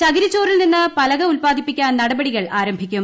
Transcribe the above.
ചകിരിച്ചോറിൽ നിന്ന് പലക ഉല്പാദിപ്പിക്കാൻ നടപടികൾ ആരംഭിക്കും